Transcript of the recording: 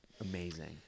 amazing